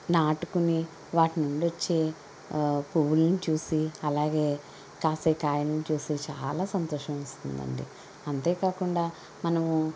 నాటుకుని వాటిలనుండి వచ్చే పువ్వులను చూసి అలాగే కాసే కాయల్ని చూసి చాలా సంతోషం వేస్తుందండి అంతేకాకుండా మనము